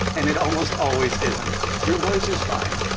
and it almost always isn't. your voice is fine.